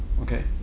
okay